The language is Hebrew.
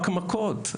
חמקמקות,